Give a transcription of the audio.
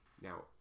Now